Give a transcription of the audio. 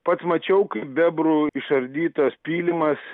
pats mačiau kaip bebrų išardytas pylimas